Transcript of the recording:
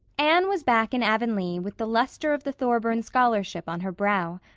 anne was back in avonlea with the luster of the thorburn scholarship on her brow.